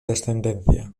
descendencia